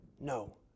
No